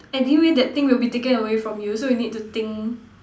anyway that thing will be taken away from you so you need to think